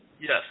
Yes